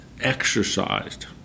exercised